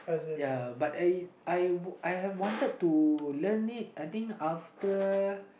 ya but I I wa~ I have wanted to learn it I think after